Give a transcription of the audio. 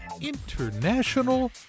International